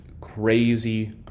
Crazy